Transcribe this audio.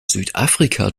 südafrika